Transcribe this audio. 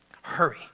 hurry